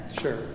Sure